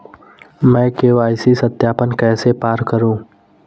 मैं के.वाई.सी सत्यापन कैसे पास करूँ?